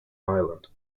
ireland